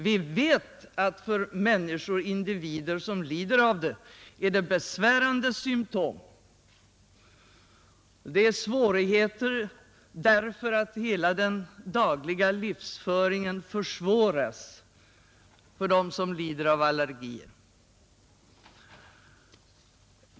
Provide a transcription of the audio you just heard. Vi vet att för de individer som lider av dem är det besvärande symtom och problem — hela den dagliga livsföringen försvåras för dem som lider av allergier.